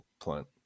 plant